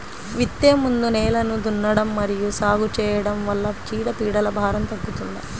విత్తే ముందు నేలను దున్నడం మరియు సాగు చేయడం వల్ల చీడపీడల భారం తగ్గుతుందా?